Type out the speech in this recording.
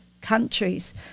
countries